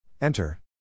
Enter